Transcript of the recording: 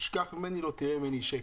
תשכח ממני, לא תראה ממני שקל.